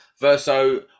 verso